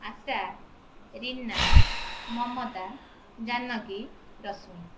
ଆଶା Rina Mamata Janaki ରଶ୍ମୀ